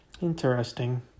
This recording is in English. Interesting